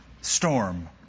storm